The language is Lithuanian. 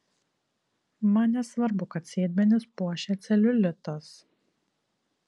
man nesvarbu kad sėdmenis puošia celiulitas